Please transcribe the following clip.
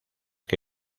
que